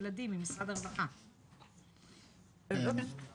המשפטי של המשרד לביטחון פנים.